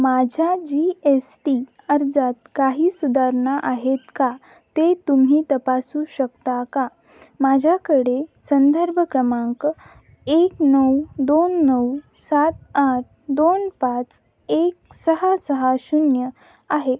माझ्या G S T अर्जात काही सुधारणा आहेत का ते तुम्ही तपासू शकता का माझ्याकडे संदर्भ क्रमांक एक नऊ दोन नऊ सात आठ दोन पाच एक सहा सहा शून्य आहे